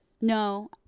No